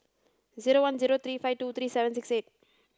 zero one zero three five two three seven six eight